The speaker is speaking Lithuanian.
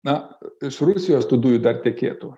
na iš rusijos tų dujų dar tekėtų